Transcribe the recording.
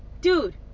dude